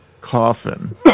coffin